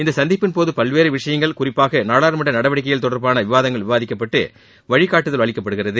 இந்த சந்திப்பின்போது பல்வேறு விஷயங்கள் குறிப்பாக நாடாளுமன்ற நடவடிக்கைகள் தொடர்பான விவாதங்கள் விவாதிக்கப்பட்டு வழிகாட்டுதல் அளிக்கப்படுகிறது